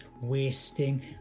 wasting